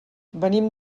venim